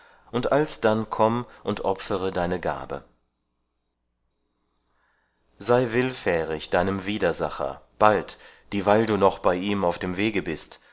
und alsdann komm und opfere deine gabe sei willfährig deinem widersacher bald dieweil du noch bei ihm auf dem wege bist